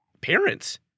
parents